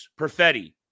Perfetti